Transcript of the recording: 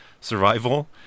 survival